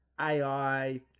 AI